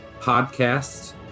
podcasts